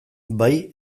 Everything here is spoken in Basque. bai